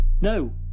No